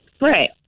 Right